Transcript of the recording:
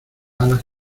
alas